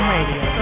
Radio